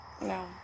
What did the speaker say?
No